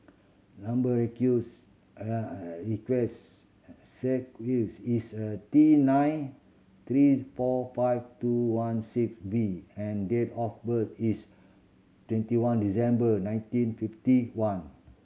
number is a T nine three four five two one six V and date of birth is twenty one December nineteen fifty one